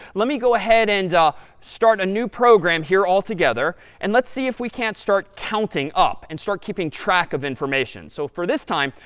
let me go ahead and start a new program here altogether. and let's see if we can't start counting up and start keeping track of information. so for this time,